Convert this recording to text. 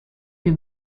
più